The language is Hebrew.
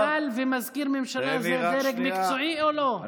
מנכ"ל ומזכיר ממשלה זה דרג מקצועי או לא?